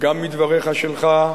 גם מדבריך שלך,